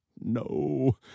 No